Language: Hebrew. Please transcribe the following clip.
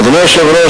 אדוני היושב-ראש,